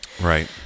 Right